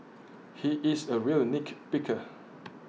he is A real nick picker